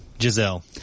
Giselle